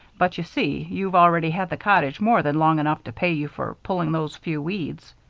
but, you see, you've already had the cottage more than long enough to pay you for pulling those few weeds.